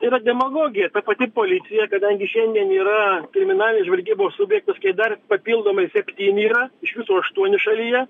yra demagogija ta pati policija kadangi šiandien yra kriminalinės žvalgybos subjektas kai dar papildomai septyni yra iš viso aštuoni šalyje